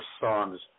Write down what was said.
songs